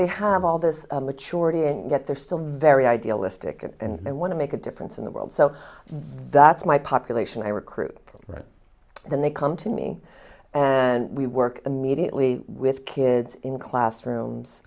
they have all this maturity and yet they're still very idealistic and want to make a difference in the world so that's my population i recruit all right then they come to me and we work immediately with kids in classrooms